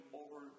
over